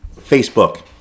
Facebook